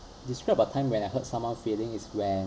describe a time when I hurt someone's feeling is when